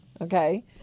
Okay